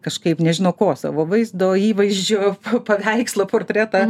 kažkaip nežino ko savo vaizdo įvaizdžio paveikslą portretą